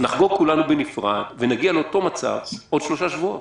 נחגוג כולנו בנפרד ונגיע לאותו מצב בעוד שלושה שבועות.